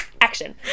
action